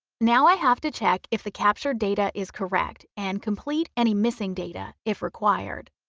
now i have to check if the captured data is correct and complete any missing data if required.